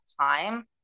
time